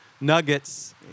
nuggets